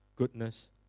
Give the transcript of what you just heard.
goodness